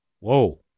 Whoa